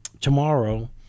tomorrow